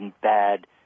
bad